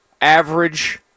average